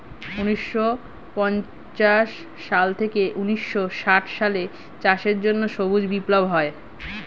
ঊন্নিশো পঞ্চাশ সাল থেকে ঊন্নিশো ষাট সালে চাষের জন্য সবুজ বিপ্লব হয়